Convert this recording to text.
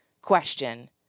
question